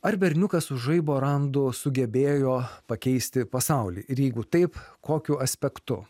ar berniukas su žaibo randu sugebėjo pakeisti pasaulį ir jeigu taip kokiu aspektu